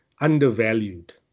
undervalued